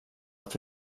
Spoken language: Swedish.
att